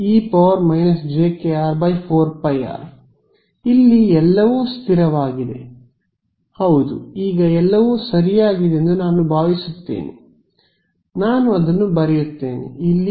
ಇಲ್ಎಲ್ಲವೂ ಸ್ಥಿರವಾಗಿದೆ ಹೌದು ಈಗ ಎಲ್ಲವೂ ಸರಿಯಾಗಿದೆ ಎಂದು ನಾನು ಭಾವಿಸುತ್ತೇನೆ ನಾನು ಅದನ್ನು ಬರೆಯುತ್ತೇನೆ ಇಲ್ಲಿ r | r |